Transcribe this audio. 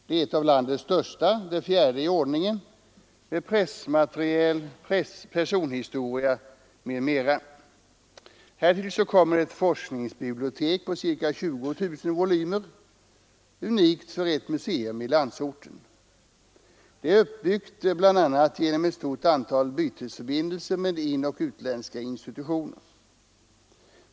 Det är ett av landets största — det fjärde i ordningen — med traditionsuppteckningar, äldre handlingar, bildoch pressmaterial, personhistoria m.m. Härtill kommer ett forskningsbibliotek på ca 20 000 volymer — unikt för ett museum i landsorten. Det är uppbyggt bl.a. genom ett stort antal bytesförbindelser med inoch utländska institutioner.